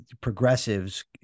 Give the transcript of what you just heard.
progressives